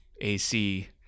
ac